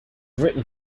written